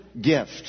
gift